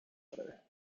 other